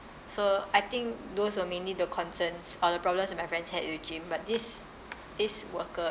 so I think those were mainly the concerns or the problems that my friends had with gym but this this worker